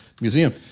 museum